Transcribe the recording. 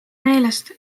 meelest